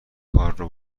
کارو